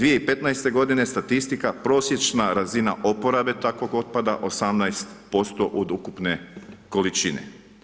2015. g. statistika, prosječna razina oporabe takvog otpada 18% od ukupne količine.